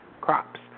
crops